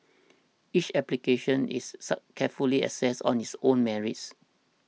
each application is carefully assessed on its own merits